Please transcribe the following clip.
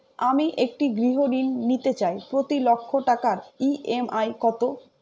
আমি একটি গৃহঋণ নিতে চাই প্রতি লক্ষ টাকার ই.এম.আই কত?